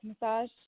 massage